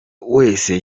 wese